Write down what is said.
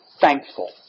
thankful